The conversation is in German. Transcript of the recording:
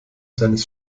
seines